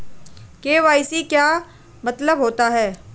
KYC का क्या मतलब होता है?